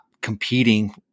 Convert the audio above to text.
competing